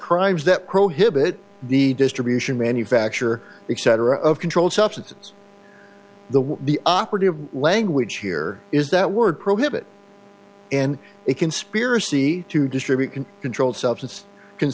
crimes that prohibit the distribution manufacture exciter of controlled substances the the operative language here is that word prohibit and a conspiracy to distribute can controlled substance can